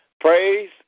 Praise